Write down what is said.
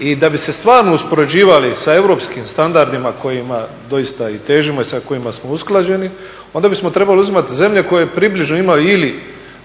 I da bi se stvarno uspoređivali sa europskim standardima kojima doista i težimo i sa kojima smo usklađeni onda bismo trebali uzimati zemlje koje približno imaju ili